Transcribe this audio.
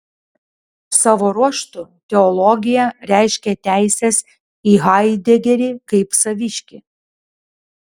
savo ruožtu teologija reiškė teises į haidegerį kaip saviškį